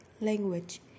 language